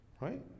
Right